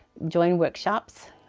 join workshops.